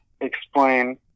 explain